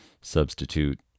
substitute